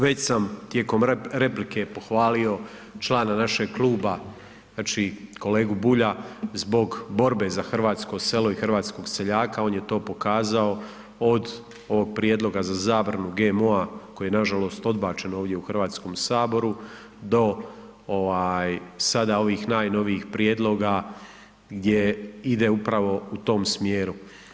Već sam tijekom replike pohvalio člana našeg kluba, znači kolegu Bulja zbog borbe za hrvatsko selo i hrvatskog seljaka, on je to pokazao od ovog prijedloga za zabranu GMO-a koji je nažalost odbačen ovdje u HS do ovaj sada ovih najnovijih prijedloga gdje ide upravo u tom smjeru.